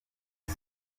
rwe